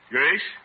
Grace